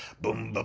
boom, but